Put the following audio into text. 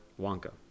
Wonka